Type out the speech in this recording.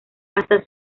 hasta